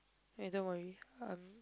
okay don't worry